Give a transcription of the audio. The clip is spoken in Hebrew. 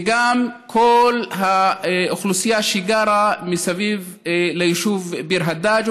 זה גם כל האוכלוסייה שגרה סביב ליישוב ביר-הדאג',